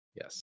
Yes